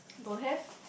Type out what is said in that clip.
don't have